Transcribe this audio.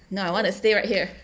no I want to stay right here